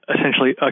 essentially